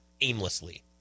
aimlessly